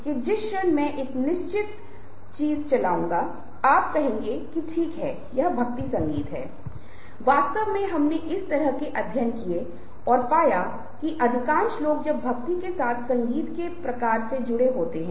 तो एक तरह से अप्रत्यक्ष रूप से आप दूसरे व्यक्ति पर भी आपकी बात सुनने का दबाव बना रहे हैं क्योंकि आप उस व्यक्ति के लिए वही काम करते हैं